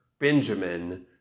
Benjamin